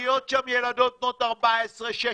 שמגיעות לשם ילדות בנות 14, 16,